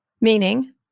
Meaning